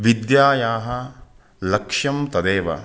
विद्यायाः लक्ष्यं तदेव